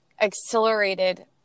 accelerated